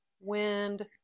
wind